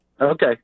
Okay